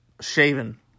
shaven